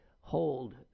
hold